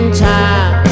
time